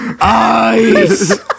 ice